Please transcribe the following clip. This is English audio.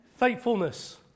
Faithfulness